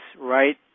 right